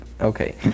Okay